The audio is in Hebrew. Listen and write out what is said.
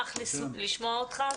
נשמח לשמוע אותך.